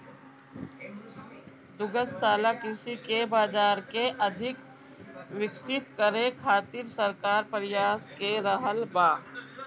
दुग्धशाला कृषि के बाजार के अधिक विकसित करे खातिर सरकार प्रयास क रहल बा